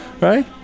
right